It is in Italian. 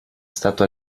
stato